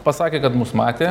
pasakė kad mus matė